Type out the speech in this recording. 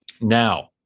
Now